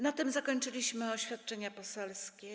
Na tym zakończyliśmy oświadczenia poselskie.